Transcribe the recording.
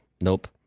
nope